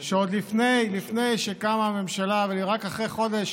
שעוד לפני, לפני שקמה ממשלה, ורק חודש